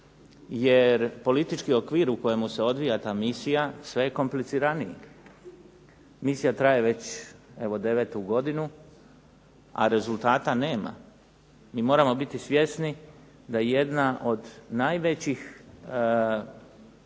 jer politički okvir u kojemu se odvija ta misija sve je kompliciraniji. Misija traje već evo devetu godinu, a rezultata nema. Mi moramo biti svjesni da jedna od najvećih, jedan